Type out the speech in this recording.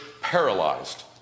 paralyzed